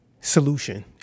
solution